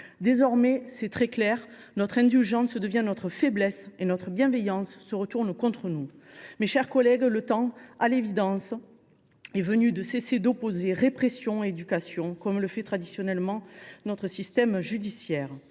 Désormais, c’est très clair, notre indulgence devient notre faiblesse et notre bienveillance se retourne contre nous. Mes chers collègues, à l’évidence, le temps est venu de cesser d’opposer répression et éducation, comme le fait traditionnellement notre système judiciaire.